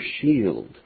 shield